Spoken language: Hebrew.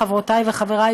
חברותי וחברי,